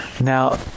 Now